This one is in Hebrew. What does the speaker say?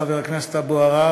חבר הכנסת אבו עראר,